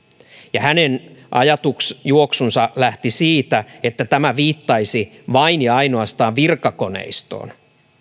ja hänen ajatuksenjuoksunsa lähti siitä että tämä viittaisi vain ja ainoastaan virkakoneistoon